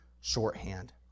shorthand